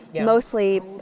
mostly